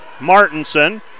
Martinson